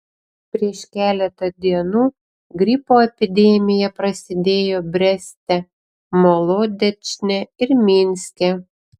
prieš keletą dienų gripo epidemija prasidėjo breste molodečne ir minske